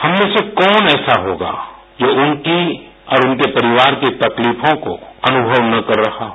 हममें से कौन ऐसा होगा जो उनकी और उनके परिवार की तकलीफों को अनुषव न कर रहा हो